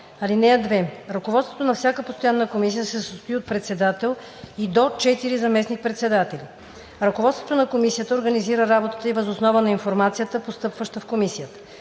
група. (2) Ръководството на всяка постоянна комисия се състои от председател и до 4 заместник-председатели. Ръководството на комисията организира работата ѝ въз основа на информацията, постъпваща в комисията.